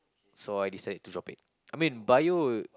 so I decide to drop it I mean Bio